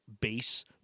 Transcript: base